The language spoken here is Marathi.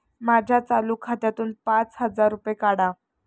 माझ्या चालू खात्यातून पाच हजार रुपये काढा